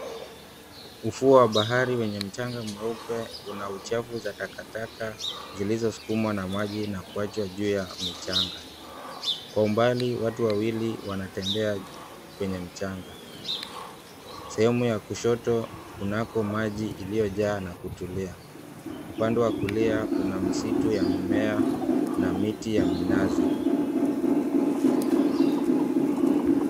Ufuo wa bahari wenye mchanga mweupe una uchafu za takataka zilizosukumwa na maji na kuachwa juu ya michanga. Kwa umbali watu wawili wanatembea kwenye mmchanga. Sehemu ya kushoto kunako maji iliyojaa na kutulia. Upande wa kulia kuna misitu ya mimea na miti ya minazi.